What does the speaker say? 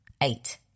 Eight